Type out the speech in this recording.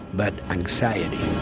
but anxiety